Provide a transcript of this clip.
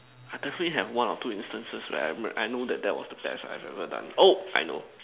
I definitely have one or two instances where I know that that was the best I've ever done oh I know